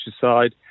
side